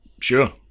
Sure